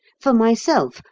for myself,